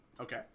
Okay